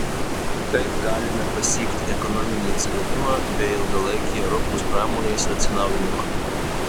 kaip galime pasiekti ekonominį atsigavimą bei ilgalaikį europos pramonės atsinaujinimą